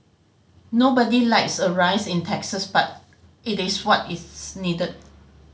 nobody likes a rise in taxes but it is what is needed